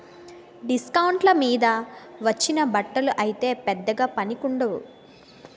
డిస్కౌంట్ల మీద వచ్చిన బట్టలు అయితే పెద్దగా మన్నికుండవు